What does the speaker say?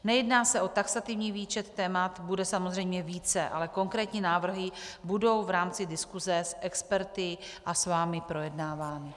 Nejedná se o taxativní výčet, témat bude samozřejmě více, ale konkrétní návrhy budou v rámci diskusi s experty a vámi projednávány.